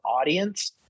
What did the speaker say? audience